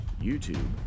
YouTube